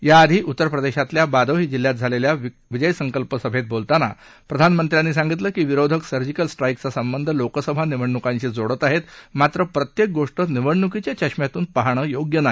याआधी उत्तरप्रदेशातल्या बादोही जिल्ह्यात झालेल्या विजय संकल्प सभेत बोलताना प्रधानमंत्र्यांनी सांगितलं की विरोधक सर्जिकल स्ट्रा क्रिचा संबंध लोकसभा निवडणुकांशी जोडत आहेत मात्र प्रत्येक गोष्ट निवडणुकीच्या चष्म्यातून पाहणं योग्य नाही